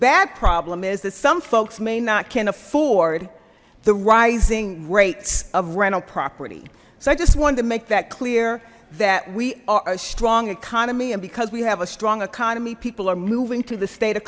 bad problem is that some folks may not can afford the rising rates of rental property so i just wanted to make that clear that we are a strong economy and because we have a strong economy people are moving to the state of